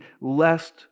lest